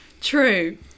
True